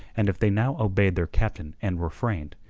and if they now obeyed their captain and refrained,